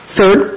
Third